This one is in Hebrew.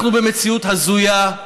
אנחנו במציאות הזויה,